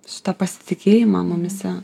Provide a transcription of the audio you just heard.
šitą pasitikėjimą mumyse